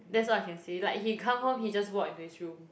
that's what I can say like he come home he just walk into his room